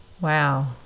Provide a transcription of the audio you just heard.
Wow